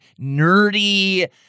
nerdy